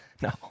No